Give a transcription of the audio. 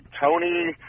Tony